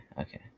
okay